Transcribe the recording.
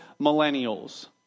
millennials